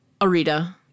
Arita